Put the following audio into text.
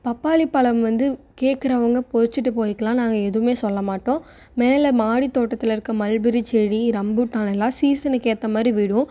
பப்பாளி பழம் வந்து கேட்கறவுங்க பறிச்சிட்டு போயிக்கலாம் நாங்கள் எதுமே சொல்ல மாட்டோம் மேலே மாடி தோட்டத்தில் இருக்க மல்பெரி செடி ரம்பூட்டான் எல்லாம் சீசனுக்கு ஏற்ற மாதிரி விடும்